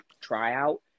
tryout